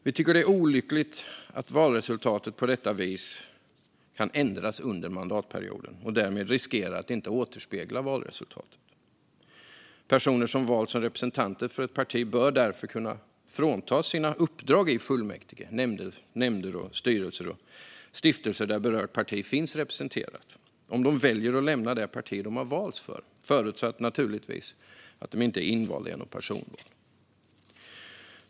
Vi tycker att det är olyckligt att mandatfördelningen på detta vis kan ändras under mandatperioden och därmed riskera att inte återspegla valresultatet. Personer som valts som representanter för ett parti bör därför kunna fråntas sina uppdrag i fullmäktige, nämnder, styrelser och stiftelser där berört parti finns representerat om de väljer att lämna det parti de valts för, naturligtvis förutsatt att de inte är invalda genom personval.